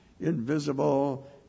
invisible